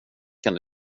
kan